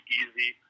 easy